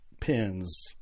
pins